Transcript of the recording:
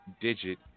digit